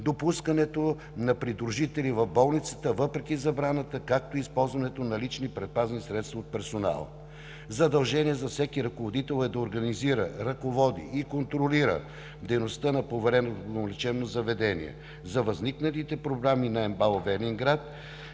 допускането на придружители в болницата въпреки забраната, както и използването на лични предпазни средства от персонала. Задължение за всеки ръководител е да организира, ръководи и контролира дейността на повереното му лечебно заведение. За възникналите проблеми на МБАЛ Велинград